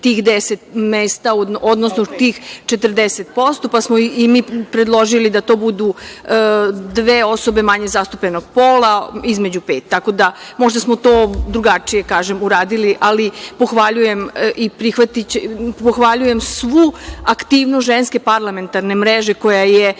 odnosno, tih 40%, pa smo i mi predložili da to budu dve osobe manje zastupljenog pola, između pet. Možda smo to drugačije uradili, ali pohvaljujem svu aktivnost Ženske parlamentarne mreže koja je